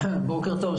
בוקר טוב,